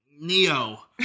Neo